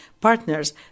partners